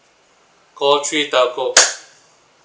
call three telco